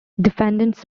defendants